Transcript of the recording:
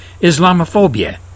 Islamophobia